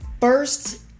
first